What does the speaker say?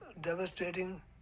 devastating